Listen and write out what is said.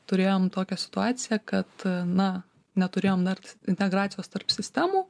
turėjom tokią situaciją kad na neturėjom dar integracijos tarp sistemų